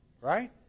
Right